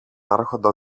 άρχοντα